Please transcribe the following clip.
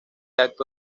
acto